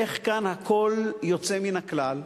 איך כאן הכול יוצא מן הכלל,